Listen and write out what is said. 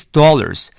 dollars